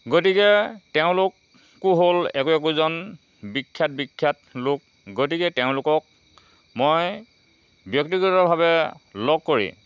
গতিকে তেওঁলোক কো হ'ল একো একোজন বিখ্যাত বিখ্যাত লোক গতিকে তেওঁলোকক মই ব্যক্তিগতভাৱে লগ কৰি